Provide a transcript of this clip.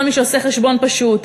כל מי שעושה חשבון פשוט,